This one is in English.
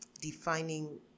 defining